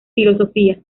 filosofía